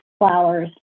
flowers